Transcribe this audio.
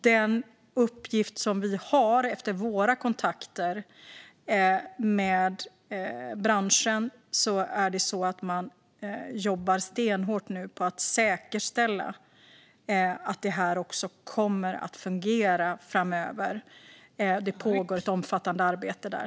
Den uppgift som vi har efter våra kontakter med branschen är att man nu jobbar stenhårt på att säkerställa att detta kommer att fungera framöver. Det pågår ett omfattande arbete där.